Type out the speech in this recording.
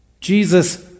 Jesus